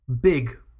big